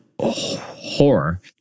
horror